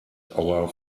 our